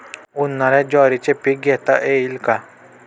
उन्हाळ्यात ज्वारीचे पीक घेता येईल का?